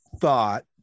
thought